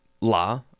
La